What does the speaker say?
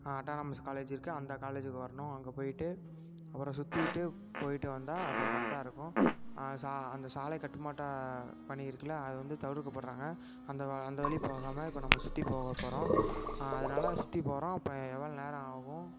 autonomous college இருக்கு அந்த காலேஜிக்கு வர்ணும் அங்கே போயிவிட்டு அப்புறம் சுற்றிட்டு போயிவிட்டு வந்தால் அப்புறம் கரெக்டாக இருக்கும் சா அந்த சாலை கட்டுமாட்டாக பணி இருக்குல அது வந்து தவிர்க்கப்படுறாங்க அந்த கால அந்த வழி போகாமல் இப்போ நம்ம சுற்றி போகப்போகறோம் அதனால சுற்றிப்போறோம் அப்போ எவ்வளோ நேரம் ஆகும்